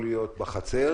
איפה?